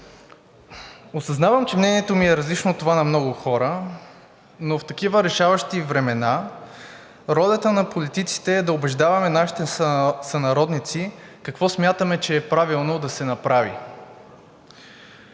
Осъзнавам, че мнението ми е различно от това на много хора, но в такива решаващи времена ролята на политиците е да убеждаваме нашите сънародници какво смятаме, че е правилно да се направи.